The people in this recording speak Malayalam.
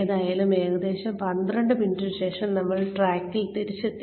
എന്തായാലും ഏകദേശം 12 മിനിറ്റിനുശേഷം നമ്മൾ ട്രാക്കിൽ തിരിച്ചെത്തി